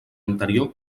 anterior